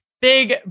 big